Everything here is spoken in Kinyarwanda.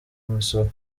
imisoro